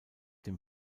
dem